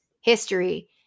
history